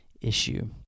issue